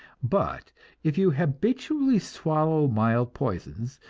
but if you habitually swallow mild poisons,